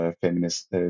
feminist